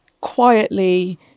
quietly